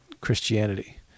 Christianity